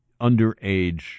underage